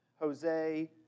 Jose